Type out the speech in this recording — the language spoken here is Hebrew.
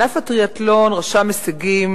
ענף הטריאתלון רשם הישגים.